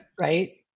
Right